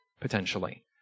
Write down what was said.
Potentially